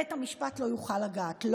בית המשפט לא יוכל לגעת.